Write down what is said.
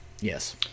Yes